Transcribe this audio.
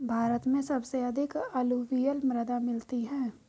भारत में सबसे अधिक अलूवियल मृदा मिलती है